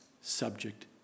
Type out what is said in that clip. subject